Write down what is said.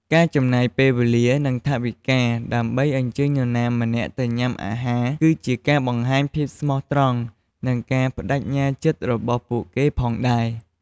ការចំណាយពេលវេលា និងថវិកាដើម្បីអញ្ជើញនរណាម្នាក់ទៅញ៉ាំអាហារ គឺជាការបង្ហាញភាពស្មោះត្រង់ និងការប្តេជ្ញាចិត្តរបស់ពួកគេផងដែរ។